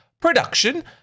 production